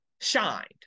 shined